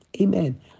Amen